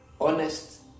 honest